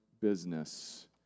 business